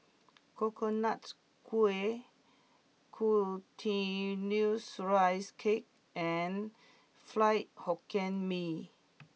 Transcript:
Coconut Kuih Glutinous Rice Cake and Fried Hokkien Mee